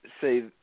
say